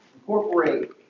incorporate